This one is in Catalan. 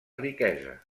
riquesa